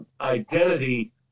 identity